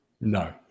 No